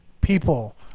people